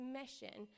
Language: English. mission